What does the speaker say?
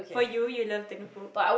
for you you love the Notebook